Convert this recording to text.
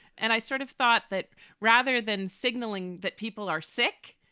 and i sort of thought that rather than signaling that people are sick,